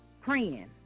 praying